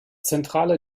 zentrale